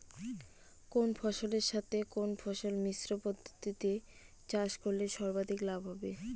কোন ফসলের সাথে কোন ফসল মিশ্র পদ্ধতিতে চাষ করলে সর্বাধিক লাভ হবে?